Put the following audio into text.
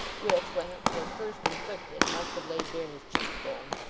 which when it was first inflicted must have laid bare his cheekbone,